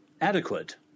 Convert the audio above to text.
adequate